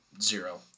Zero